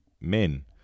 men